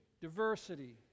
diversity